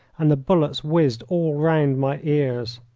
and the bullets whizzed all round my ears.